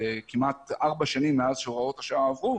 כמעט ארבע שנים מאז שהוראות השעה עברו,